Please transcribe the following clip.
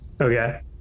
Okay